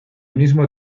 mismo